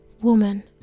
Woman